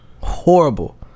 horrible